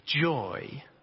joy